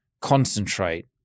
concentrate